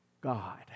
God